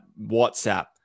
whatsapp